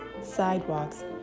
sidewalks